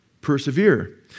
Persevere